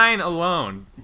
alone